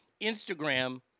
Instagram